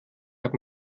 habe